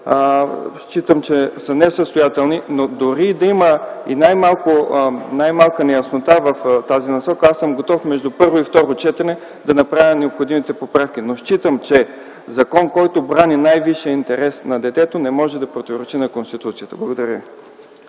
считам за несъстоятелни. Дори и да има и най-малка неяснота в тази насока, аз съм готов между първо и второ четене да направя необходимите поправки. Считам, че закон, който брани най-висшия интерес на детето, не може да противоречи на Конституцията. Благодаря.